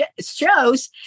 shows